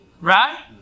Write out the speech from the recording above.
right